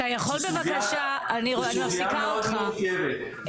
זו סוגיה מאוד מורכבת.